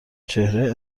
چهره